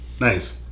Nice